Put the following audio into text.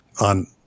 on